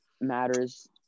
matters